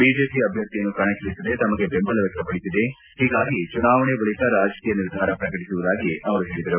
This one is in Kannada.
ಬಿಜೆಪಿ ಅಭ್ಯರ್ಥಿಯನ್ನು ಕಣಕ್ಕಳಿಸದೆ ತಮಗೆ ಬೆಂಬಲ ವ್ಯಕ್ತಪಡಿಸಿದೆ ಹೀಗಾಗಿ ಚುನಾವಣೆ ಬಳಿಕ ರಾಜಕೀಯ ನಿರ್ಧಾರ ಪ್ರಕಟಿಸುವುದಾಗಿ ಅವರು ಹೇಳಿದರು